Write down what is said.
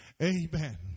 Amen